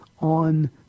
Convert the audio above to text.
on